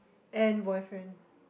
and boyfriend